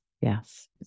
yes